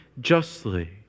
justly